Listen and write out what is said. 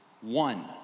one